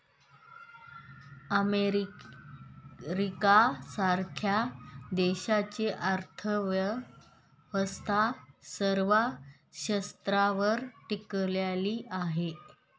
America सारख्या देशाची अर्थव्यवस्था सेवा क्षेत्रावर टिकलेली आहे